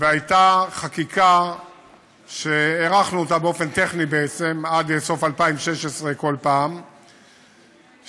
והייתה חקיקה שהארכנו אותה טכנית עד סוף 2016 כל פעם,